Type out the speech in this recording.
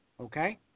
okay